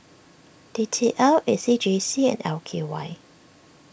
D T L A C J C and L K Y